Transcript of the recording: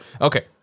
Okay